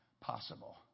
possible